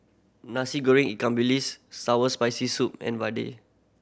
Nasi Goreng ikan bilis sours Spicy Soup and